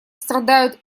страдают